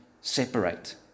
separate